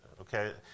okay